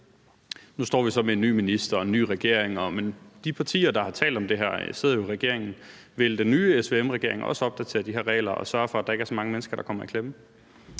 Nu står vi så med en ny minister og en ny regering, men de partier, der har talt om det her, sidder jo i regeringen. Vil den nye SVM-regering også opdatere de her regler og sørge for, at der ikke er så mange mennesker, der kommer i klemme?